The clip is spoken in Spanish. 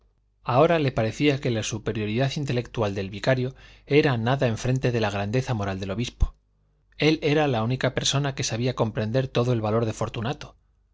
ahora le parecía que la superioridad intelectual del vicario era nada enfrente de la grandeza moral del obispo él era la única persona que sabía comprender todo el valor de fortunato